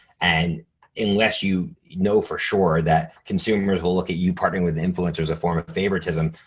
and unless you know for sure that consumers will look at you partnering with influencers a form of favoritism,